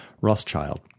Rothschild